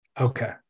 Okay